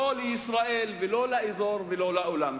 לא לישראל ולא לאזור ולא לעולם,